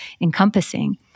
encompassing